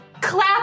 clap